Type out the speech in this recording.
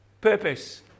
Purpose